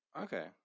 Okay